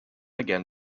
again